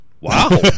wow